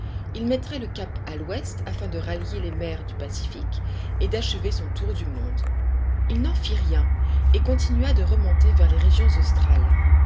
il mettrait le cap à l'ouest afin de rallier les mers du pacifique et d'achever son tour du monde il n'en fit rien et continua de remonter vers les régions australes